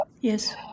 Yes